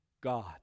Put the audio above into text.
God